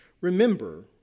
remember